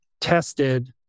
tested